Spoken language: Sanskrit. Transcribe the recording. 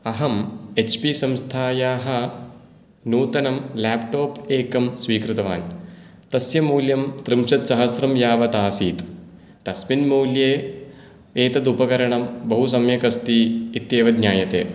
अहम् एच् पी संस्थायाः नूतनं लेप्टोप् एकं स्वीकृतवान् तस्य मूल्यं त्रिंशत्सहस्रं यावत् आसीत् तस्मिन् मूल्ये एतदुपकरणं बहुसम्यक् अस्ति इत्येव ज्ञायते